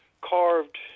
carved